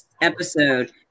episode